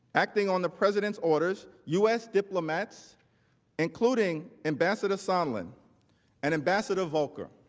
acting on the president's orders, u s. diplomats including ambassador sondland and ambassador volker,